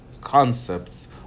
concepts